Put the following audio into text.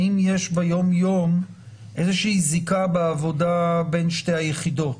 האם יש ביום-יום איזושהי זיקה בעבודה בין שתי היחידות.